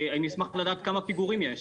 אני אשמח לדעת כמה פיגורים יש.